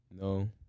no